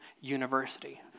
University